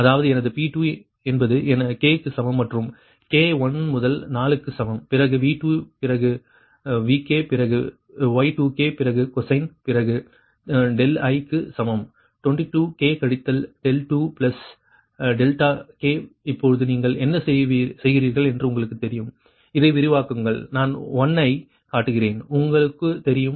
அதாவது எனது P2 என்பது k க்கு சமம் மற்றும் k 1 முதல் 4 க்கு சமம் பிறகு V2 பிறகு Vk பிறகு Y2k பிறகு கொசைன் பிறகு i க்கு சமம் 2 2 k கழித்தல் 2 பிளஸ் k இப்போது நீங்கள் என்ன செய்கிறீர்கள் என்று உங்களுக்குத் தெரியும் இதை விரிவாக்குங்கள் நான் 1 ஐக் காட்டுகிறேன் உங்களுக்கு தெரியும்